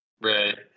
Right